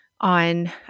on